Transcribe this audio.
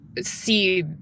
see